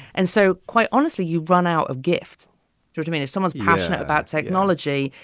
and so, quite honestly, you run out of gifts to diminish someone's passionate about technology.